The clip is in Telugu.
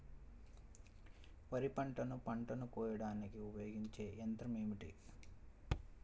వరిపంటను పంటను కోయడానికి ఉపయోగించే ఏ యంత్రం ఏమిటి?